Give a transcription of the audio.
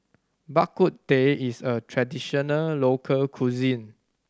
Bak Kut Teh is a traditional local cuisine